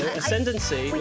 ascendancy